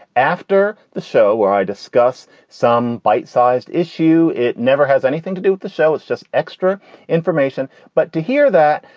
after the show where i discuss some bite-sized issue, it never has anything to do with the show. it's just extra information. but to hear that,